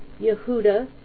Yehuda